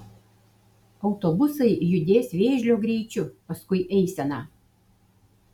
autobusai judės vėžlio greičiu paskui eiseną